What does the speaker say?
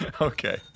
Okay